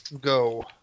go